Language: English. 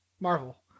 Marvel